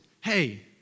hey